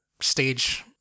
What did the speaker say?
stage